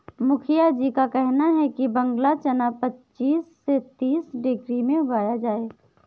मुखिया जी का कहना है कि बांग्ला चना पच्चीस से तीस डिग्री में उगाया जाए